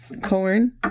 corn